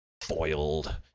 Foiled